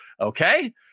okay